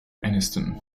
anniston